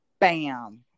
Bam